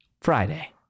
Friday